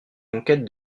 conquête